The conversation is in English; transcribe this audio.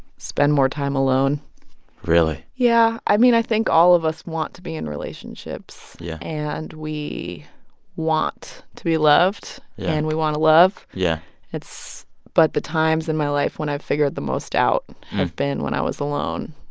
spend more time alone really? yeah. i mean, i think all of us want to be in relationships. yeah. and we want to be loved. yeah. and we want to love yeah it's but the times in my life when i've figured the most out have been when i was alone.